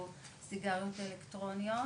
או סיגריות אלקטרוניות.